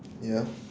ya